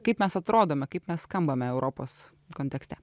kaip mes atrodome kaip mes skambame europos kontekste